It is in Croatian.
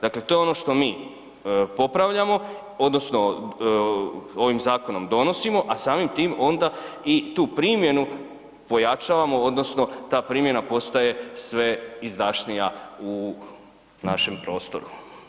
Dakle, to je ono što mi popravljamo odnosno ovim zakonom donosimo, a samim tim onda i tu primjenu pojačavamo odnosno ta primjena postaje sve izdašnija u našem prostoru.